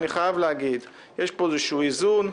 אני חייב להגיד, יש פה איזשהו איזון.